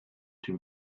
too